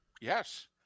Yes